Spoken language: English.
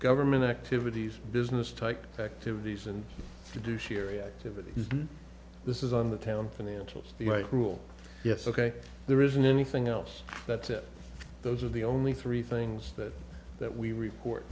government activities business type activities and to do sherry activities this is on the town financials rule yes ok there isn't anything else that those are the only three things that that we report